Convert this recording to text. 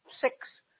six